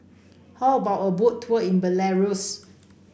how about a Boat Tour in Belarus